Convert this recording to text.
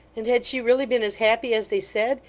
and had she really been as happy as they said?